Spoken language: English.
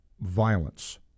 violence